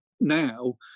now